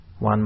one